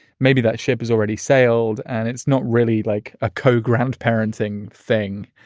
maybe that ship has already sailed and it's not really like a co grand parenting thing.